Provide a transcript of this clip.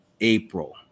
April